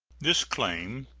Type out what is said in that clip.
this claim,